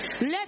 Let